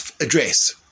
address